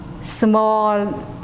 small